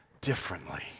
differently